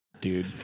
dude